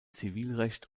zivilrecht